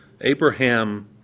Abraham